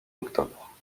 octobre